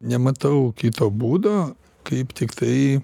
nematau kito būdo kaip tiktai